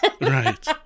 Right